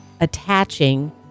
attaching